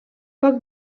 poc